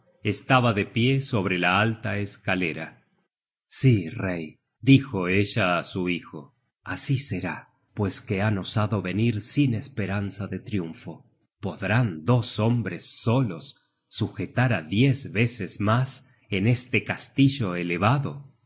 estaba de pie sobre la alta escalera sí rey dijo ella á su hijo así será pues que han osado venir sin esperanza de triunfo podrán dos hombres solos sujetar á diez veces mas en este castillo elevado